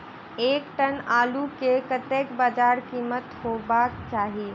एक टन आलु केँ कतेक बजार कीमत हेबाक चाहि?